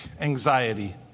Anxiety